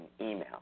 email